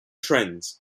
trends